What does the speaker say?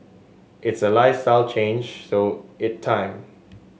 it's a lifestyle change so it time